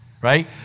right